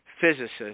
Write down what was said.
physicists